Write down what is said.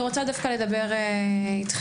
צריך לומר גם לפרוטוקול יוסי, צריך לא